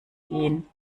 gehen